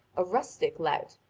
a rustic lout,